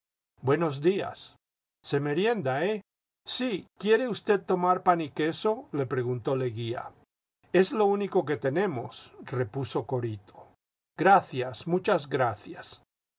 buenos días se merienda eh sí jiquiere usted tomar pan y queso le preguntó leguía es lo único que tenemos repuso corito gracias muchas gracias